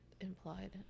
implied